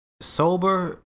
Sober